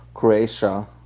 Croatia